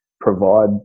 provide